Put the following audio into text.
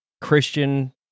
Christian